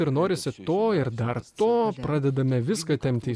ir norisi to ir dar to pradedame viską tempti į